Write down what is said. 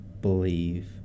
believe